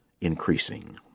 increasing